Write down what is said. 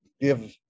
give